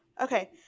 okay